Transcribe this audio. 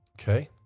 Okay